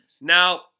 Now